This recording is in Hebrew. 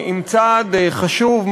עם צעד חשוב,